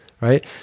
right